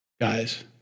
Guys